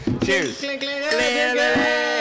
Cheers